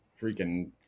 freaking